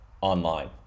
online